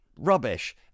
rubbish